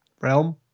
realm